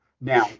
now